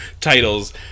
titles